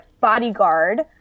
bodyguard